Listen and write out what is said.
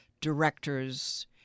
directors